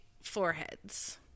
foreheads